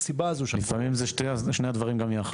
לפעמים זה שני הדברים יחד.